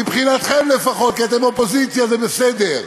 מבחינתכם לפחות, כי אתם אופוזיציה, זה בסדר.